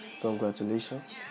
Congratulations